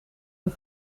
een